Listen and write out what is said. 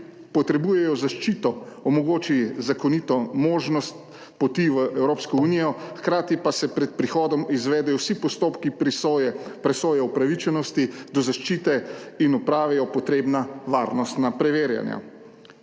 potrebujejo zaščito omogoči zakonito možnost poti v Evropsko unijo, hkrati pa se pred prihodom izvedejo vsi postopki presoje upravičenosti do zaščite in opravijo potrebna varnostna preverjanja.